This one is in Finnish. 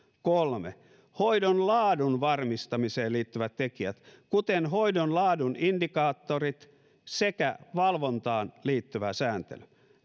kolme hoidon laadun varmistamiseen liittyvät tekijät kuten hoidon laadun indikaattorit sekä valvontaan liittyvä sääntely